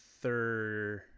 third